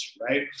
right